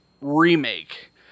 remake